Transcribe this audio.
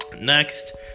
Next